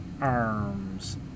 arms